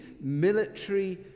military